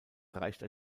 reichte